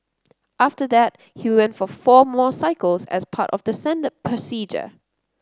after that he went for four more cycles as part of the standard procedure